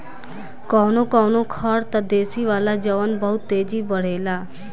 कवनो कवनो खर त देसी होला जवन बहुत तेजी बड़ेला